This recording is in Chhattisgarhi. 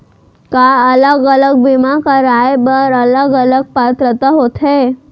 का अलग अलग बीमा कराय बर अलग अलग पात्रता होथे?